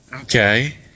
Okay